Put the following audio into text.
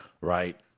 Right